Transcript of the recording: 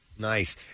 Nice